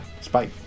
Spike